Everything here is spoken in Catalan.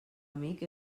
amic